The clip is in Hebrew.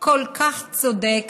כל כך צודק